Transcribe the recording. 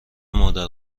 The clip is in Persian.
مادر